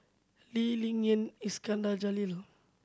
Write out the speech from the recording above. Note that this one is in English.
Lee Ling Yen Iskandar Jalil